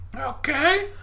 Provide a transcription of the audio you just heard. Okay